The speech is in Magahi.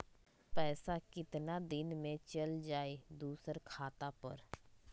पैसा कितना दिन में चल जाई दुसर खाता पर?